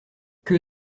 que